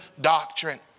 doctrine